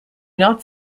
not